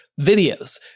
videos